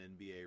NBA